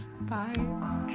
Bye